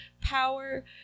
power